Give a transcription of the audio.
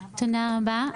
תודה רבה.